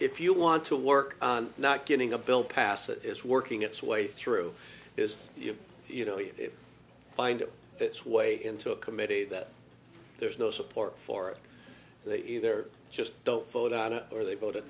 if you want to work on not getting a bill passed that is working its way through is you know you find its way into a committee that there's no support for that either just don't vote on it or they vote